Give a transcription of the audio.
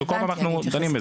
כי אנחנו כל הזמן דנים בזה.